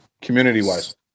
community-wise